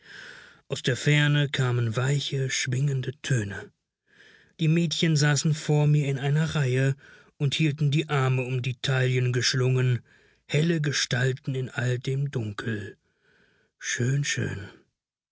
aus der ferne kamen weiche schwingende töne die mädchen saßen vor mir in einer reihe und hielten die arme um die taillen geschlungen helle gestalten in all dem dunkel schön schön